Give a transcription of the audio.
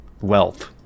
wealth